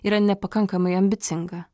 yra nepakankamai ambicinga